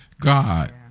God